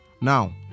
Now